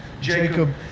Jacob